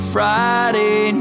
Friday